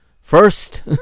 First